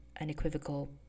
unequivocal